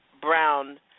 Brown